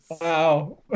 Wow